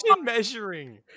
measuring